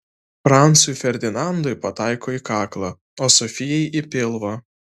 francui ferdinandui pataiko į kaklą o sofijai į pilvą